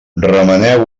remeneu